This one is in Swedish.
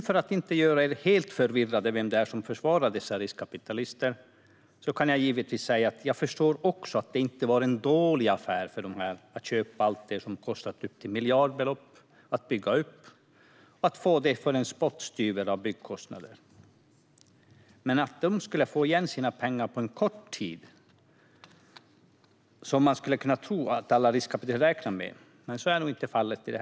För att inte göra er helt förvirrade när det gäller vem det är som försvarar dessa riskkapitalister ska jag säga att jag givetvis också förstår att det inte var en dålig affär att köpa allt detta, som har kostat upp till miljardbelopp att bygga upp, för en spottstyver av byggkostnaden. Men att de ska få igen sina pengar på kort tid, vilket man skulle kunna tro att alla riskkapitalister räknar med, är inte nog fallet här.